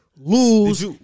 lose